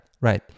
right